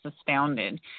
astounded